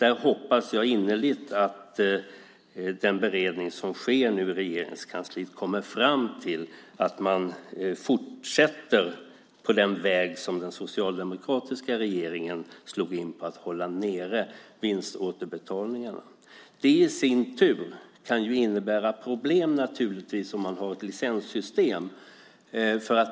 Där hoppas jag innerligt att den beredning som nu sker i Regeringskansliet kommer fram till att man fortsätter på den väg som den socialdemokratiska regeringen slog in på, att hålla nere vinståterbetalningarna. Det i sin tur kan naturligtvis innebära problem om man har ett licenssystem.